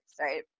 right